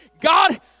God